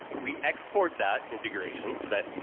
we export that configuration, so that,